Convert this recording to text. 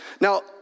Now